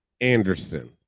Anderson